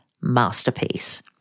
masterpiece